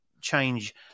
change